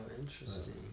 interesting